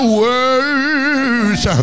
words